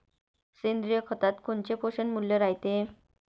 सेंद्रिय खतात कोनचे पोषनमूल्य रायते?